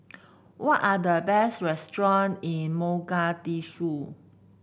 what are the best restaurant in Mogadishu